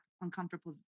uncomfortable